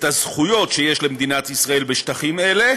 את הזכויות שיש למדינת ישראל בשטחים אלה